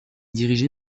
dirigé